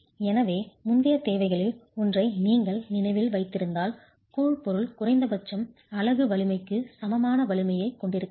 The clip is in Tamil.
எனவே முந்தைய தேவைகளில் ஒன்றை நீங்கள் நினைவில் வைத்திருந்தால் கூழ் பொருள் குறைந்தபட்சம் அலகு வலிமைக்கு சமமான வலிமையைக் கொண்டிருக்க வேண்டும்